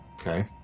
Okay